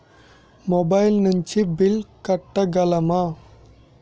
Mobile నుంచి bill కట్టగలమ?